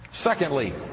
Secondly